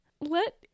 let